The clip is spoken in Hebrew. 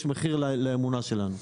יש מחיר לאמונה שלנו.